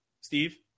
steve